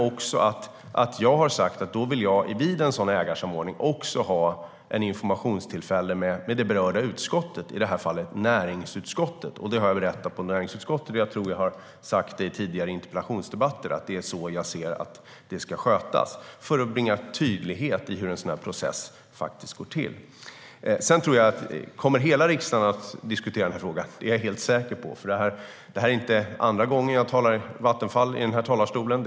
Vid en ägarsamordning vill jag också ha ett informationstillfälle med näringsutskottet. Det har jag sagt till näringsutskottet. Jag tror att jag i tidigare interpellationsdebatter också har sagt att det är så jag anser att det ska skötas för att bringa tydlighet i hur en sådan här process faktiskt går till. Kommer hela riksdagen att diskutera denna fråga? Det är jag helt säker på. Det här är inte sista gången jag talar om Vattenfall i talarstolen.